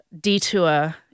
detour